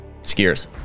Skiers